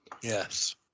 Yes